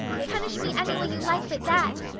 punish me any way you like but that.